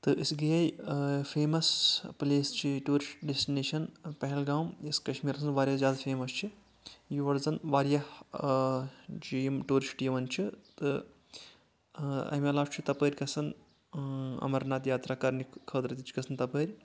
تہٕ أسۍ گٔے فیمس پٕلیس چھِ ٹورسٹ ڈیٚسٹنیشن پہلگام یۄس کشمیٖرس منٛز واریاہ زیادٕ فیمَس چھِ یور زٛن واریاہ چھِ یِم ٹوٗرسٹ یوان چھِ تہٕ اَمہِ علاوٕ چھِ تپٲرۍ گژھان امرناتھ یاتَرا کرنہٕ خٲطرٕ تہِ چھِ گژھن تپٲرۍ